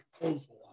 proposal